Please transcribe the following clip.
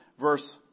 verse